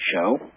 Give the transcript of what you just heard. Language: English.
show